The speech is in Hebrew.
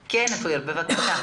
בבקשה.